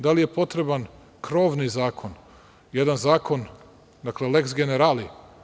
Da li je potreban krovni zakon, jedan zakon, dakle lex generali?